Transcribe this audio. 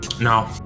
No